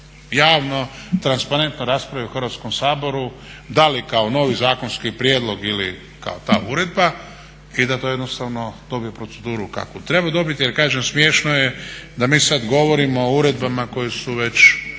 javno transparentno raspravi u Hrvatskom saboru, da li kao novi zakonski prijedlog ili kao ta uredba i da to jednostavno dobije proceduru kakvu treba dobiti. Jer kažem smiješno je da mi sad govorimo o uredbama koje su već